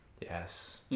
Yes